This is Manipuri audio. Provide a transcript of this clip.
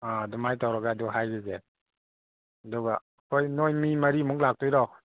ꯑꯥ ꯑꯗꯨꯃꯥꯏ ꯇꯧꯔꯒ ꯑꯗꯨ ꯍꯥꯏꯒꯤꯒꯦ ꯑꯗꯨꯒ ꯍꯣꯏ ꯅꯣꯏ ꯃꯤ ꯃꯔꯤꯃꯨꯛ ꯂꯥꯛꯇꯣꯏꯔꯣ